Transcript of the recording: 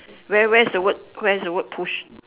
where where's the word where's the word push